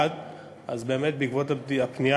מאת חברי הכנסת מרב מיכאלי,